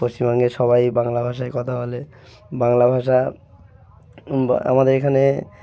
পশ্চিমবঙ্গের সবাই বাংলা ভাষায় কথা বলে বাংলা ভাষা বা আমাদের এখানে